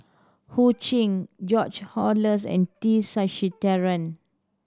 Ho Ching George Oehlers and T Sasitharan